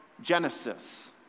Genesis